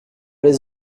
les